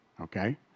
okay